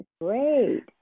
great